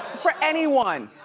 for anyone,